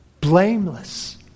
blameless